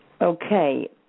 Okay